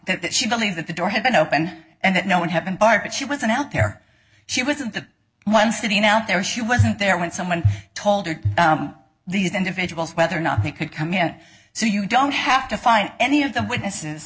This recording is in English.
that that she believed that the door had been opened and that no one had been barred but she wasn't out there she wasn't the one sitting out there she wasn't there when someone told her these individuals whether or not they could come in so you don't have to find any of the witnesses